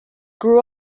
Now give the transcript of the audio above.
grew